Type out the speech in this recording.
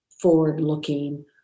forward-looking